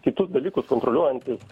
kitus dalykus kontroliuojantys